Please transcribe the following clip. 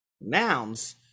nouns